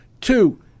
Two